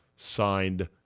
Signed